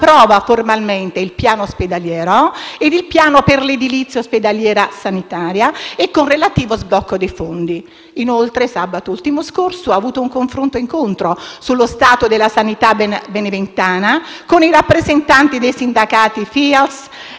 approva formalmente il Piano ospedaliero e il Piano per l'edilizia ospedaliera e sanitaria, con relativo sblocco dei fondi. Inoltre sabato ultimo scorso, ho avuto un confronto-incontro sullo stato della sanità beneventana, con i rappresentanti di sindacati FIALS,